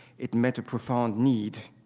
it met a profound need,